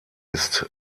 ist